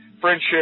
friendship